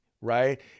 right